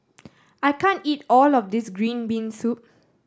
I can't eat all of this green bean soup